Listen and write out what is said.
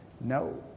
no